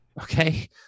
Okay